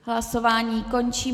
Hlasování končím.